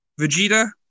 Vegeta